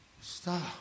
stop